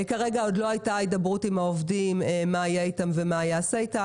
כרגע עוד לא הייתה הידברות עם העובדים מה יהיה איתם ומה ייעשה איתם,